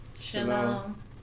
Shalom